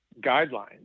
guidelines